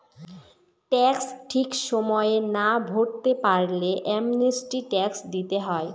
tax ঠিক সময়ে না ভরতে পারলে অ্যামনেস্টি ট্যাক্স দিতে হয়